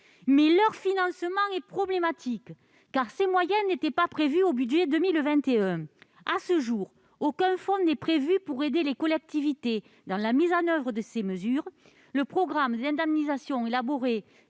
Mais le financement est problématique, car les moyens n'étaient pas inscrits dans la loi de finances pour 2021. À ce jour, aucun fonds n'est prévu pour aider les collectivités dans la mise en oeuvre des mesures. Le programme d'indemnisation élaboré